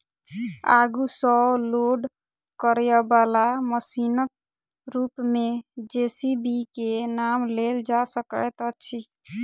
आगू सॅ लोड करयबाला मशीनक रूप मे जे.सी.बी के नाम लेल जा सकैत अछि